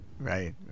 Right